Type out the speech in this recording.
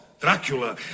Dracula